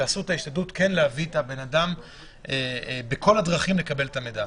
שתעשו את ההשתדלות כן להביא את הבן אדם בכל הדרכים לקבל את המידע?